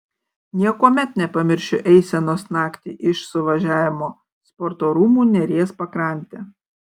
niekuomet nepamiršiu eisenos naktį iš suvažiavimo sporto rūmų neries pakrante